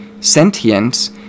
sentience